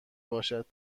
باشد